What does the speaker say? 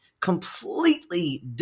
Completely